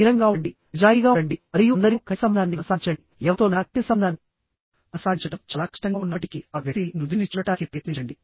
బహిరంగంగా ఉండండినిజాయితీగా ఉండండి మరియు అందరితో కంటి సంబంధాన్ని కొనసాగించండిఎవరితోనైనా కంటి సంబంధాన్ని కొనసాగించడం చాలా కష్టంగా ఉన్నప్పటికీ ఆ వ్యక్తి నుదిటిని చూడటానికి ప్రయత్నించండి